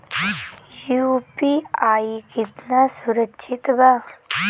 UPI कितना सुरक्षित बा?